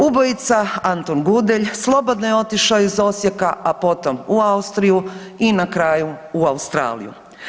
Ubojica Antun Gudelj slobodno je otišao iz Osijeka, a potom u Austriju i na kraju u Australiju.